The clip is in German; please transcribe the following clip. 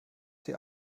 sie